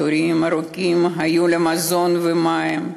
היו תורים ארוכים למזון ומים.